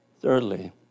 Thirdly